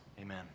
Amen